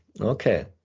okay